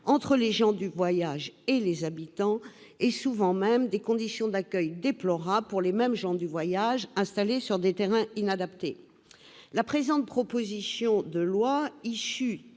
entre les gens du voyage et les habitants. Elles débouchent souvent sur des conditions d'accueil déplorables pour les gens du voyage, installés sur des terrains inadaptés. La présente proposition de loi, issue